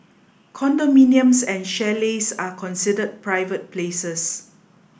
condominiums and chalets are considered private places